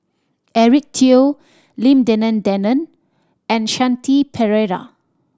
Eric Teo Lim Denan Denon and Shanti Pereira